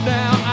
now